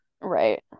Right